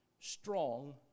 strong